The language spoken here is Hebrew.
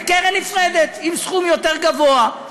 וקרן נפרדת עם סכום יותר גבוה,